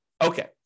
Okay